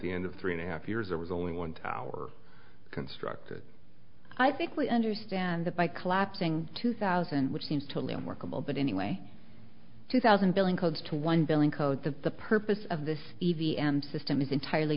the end of three and a half years there was only one tower constructed i think we understand that by collapsing two thousand which seems totally unworkable but anyway two thousand building codes to one building code that the purpose of this